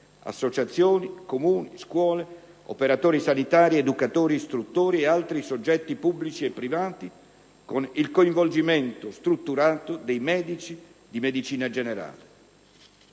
(associazioni, Comuni, scuole, operatori sanitari, educatori, istruttori e altri soggetti pubblici e privati), con il coinvolgimento strutturato dei medici di medicina generale.